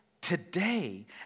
today